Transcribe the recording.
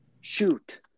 Shoot